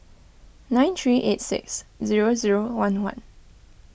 nine three eight six zero zero one one